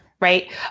Right